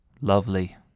Lovely